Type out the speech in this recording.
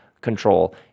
control